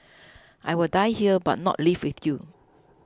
I will die here but not leave with you